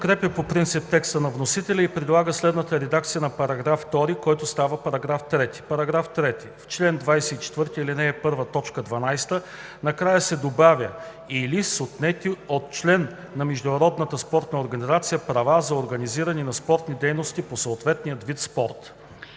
подкрепя по принцип текста на вносителя и предлага следната редакция на § 2, който става § 3: „§ 3. В чл. 24, ал. 1, т. 12 накрая се добавя „или с отнети от член на международната спортна организация права за организиране на спортни дейности по съответния вид спорт“.“